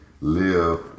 live